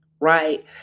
right